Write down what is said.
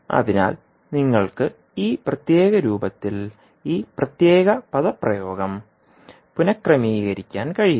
അതിനാൽ നിങ്ങൾക്ക് ഈ പ്രത്യേക രൂപത്തിൽ ഈ പ്രത്യേക പദപ്രയോഗം പുനക്രമീകരിക്കാൻ കഴിയും